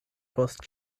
post